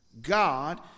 God